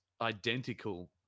identical